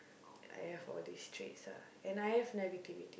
I have all these traits ah and I have negativity